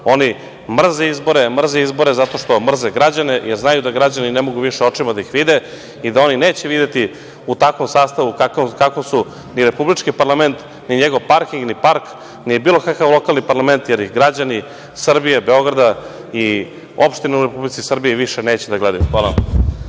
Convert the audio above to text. oni mrze izbore. Mrze izbore, zato što mrze građane, jer znaju da građani ne mogu više očima da ih vide i da oni neće videti u takvom sastavu u kakvom su i republički parlament, ni njegov parking, ni park, ni bilo kakav lokalni parlament, jer građani Srbije, Beograda i opština u Republici Srbiji više neće da ih gledaju. Hvala